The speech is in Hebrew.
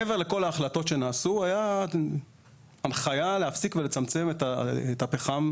מעבר לכל ההחלטות שנעשו הייתה הנחיה להפסיק ולצמצם את הפחם.